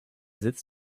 sitz